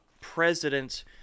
president –